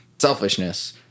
selfishness